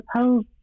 suppose